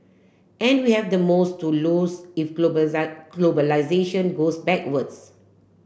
and we have the most to lose if globalisation goes backwards